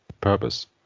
purpose